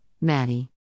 Maddie